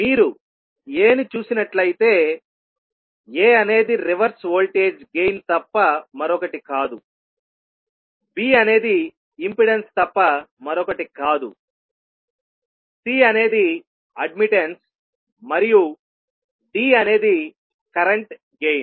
మీరు A ను చూసినట్లయితేA అనేది రివర్స్ వోల్టేజ్ గెయిన్ తప్ప మరొకటి కాదుB అనేది ఇంపెడెన్స్ తప్ప మరొకటి కాదుC అనేది అడ్మిట్టన్స్ మరియు D అనేది కరెంట్ గెయిన్